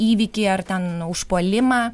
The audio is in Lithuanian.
įvykį ar ten užpuolimą